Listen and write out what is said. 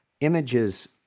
images